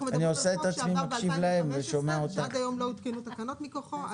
אנחנו מדברים על חוק שעבר ב-2015 ועד היום לא הותקנו תקנות מכוחו.